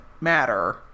matter